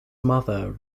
mother